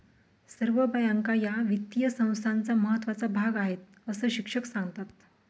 सर्व बँका या वित्तीय संस्थांचा महत्त्वाचा भाग आहेत, अस शिक्षक सांगतात